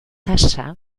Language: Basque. tasa